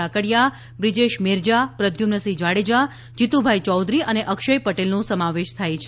કાકડીયા બ્રિજેશ મેરજા પ્રધ્યુમ્નસિંહ જાડેજા જીતુભાઇ ચૌધરી અને અક્ષય પટેલનો સમાવેશ થાય છે